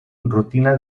rutina